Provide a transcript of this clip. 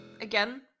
again